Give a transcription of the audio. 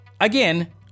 again